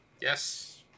yes